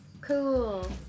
Cool